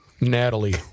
Natalie